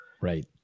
Right